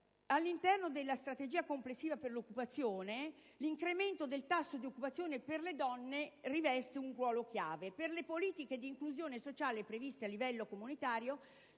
all'interno della strategia complessiva per l'occupazione «l'incremento del tasso di occupazione per le donne riveste un ruolo chiave». Per le politiche di inclusione sociale previste a livello comunitario,